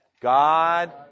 God